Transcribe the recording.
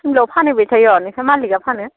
सिमलायाव फानहैबाय थायो नोंस्रा मालिगा फानो